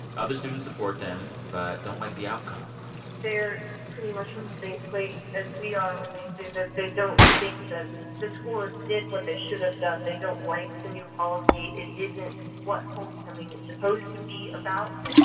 other students support them but don't like the outcome they're pretty much in the same place as we are when they say that they don't think that the school did what they should have done. they don't like the new policy. it isn't what homecoming is supposed to be about.